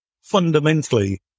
fundamentally